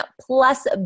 plus